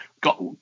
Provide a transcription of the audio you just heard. got